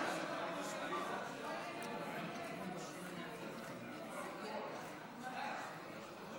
חוק העבירות המינהליות (תיקון מס' 25),